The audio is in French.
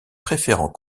préférant